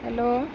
hello